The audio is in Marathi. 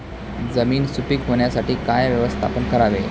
जमीन सुपीक होण्यासाठी काय व्यवस्थापन करावे?